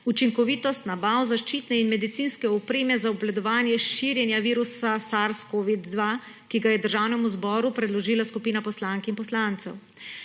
Učinkovitost nabav zaščitne in medicinske opreme za obvladovanje širjenja virusa SARS-CoV-2, ki ga je Državnemu zboru predložila skupina poslank in poslancev.